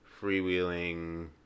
freewheeling